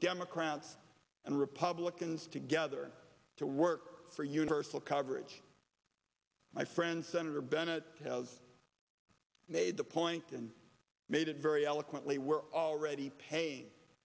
democrats and republicans together to work for universal coverage my friend senator bennett has made the point and made it very eloquently we're already paying